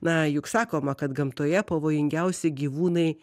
na juk sakoma kad gamtoje pavojingiausi gyvūnai